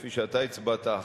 כפי שאתה הצבעת,